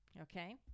Okay